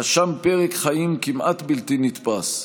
רשם פרק חיים בלתי נתפס כמעט,